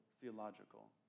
theological